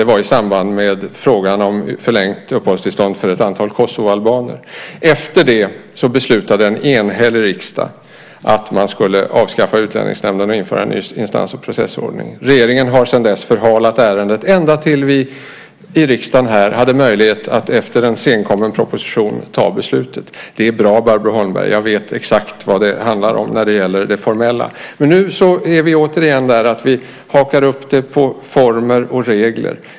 Det var i samband med frågan om förlängt uppehållstillstånd för ett antal kosovoalbaner. Efter det beslutade en enhällig riksdag att Utlänningsnämnden skulle avskaffas och att det skulle införas en ny instans och processordning. Regeringen har sedan dess förhalat ärendet ända tills vi här i riksdagen hade möjlighet att efter en senkommen proposition ta beslutet. Det är bra, Barbro Holmberg! Jag vet exakt vad det handlar om när det gäller det formella. Men nu är vi återigen där och hakar upp det hela på former och regler.